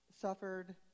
suffered